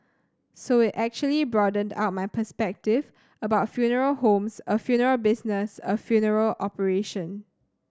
so it actually broadened out my perspective about funeral homes a funeral business a funeral operation